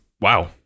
Wow